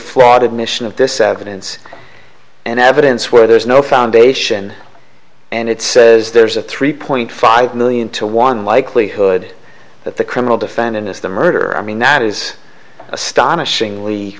flawed admission of this evidence and evidence where there's no foundation and it says there's a three point five million to one likelihood that the criminal defendant is the murderer i mean that is a